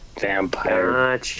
vampire